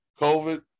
covid